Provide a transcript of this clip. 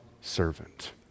servant